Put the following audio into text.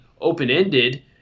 open-ended